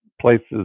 places